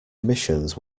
omissions